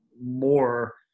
more